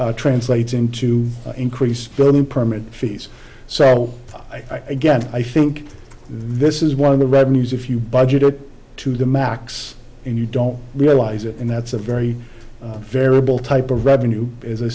which translates into increase in permit fees so i again i think this is one of the revenues if you budget it to the max and you don't realize it and that's a very variable type of revenue as i